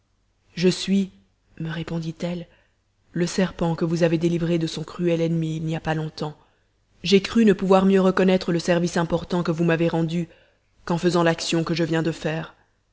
je suis me réponditelle le serpent que vous avez délivré de son cruel ennemi il n'y a pas longtemps j'ai cru ne pouvoir mieux reconnaître le service important que vous m'avez rendu qu'en faisant l'action que je viens de faire